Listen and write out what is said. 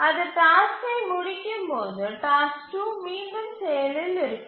அது டாஸ்க்கை முடிக்கும்போது டாஸ்க் 2 மீண்டும் செயலில் இருக்கும்